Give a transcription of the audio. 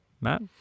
Matt